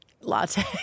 latte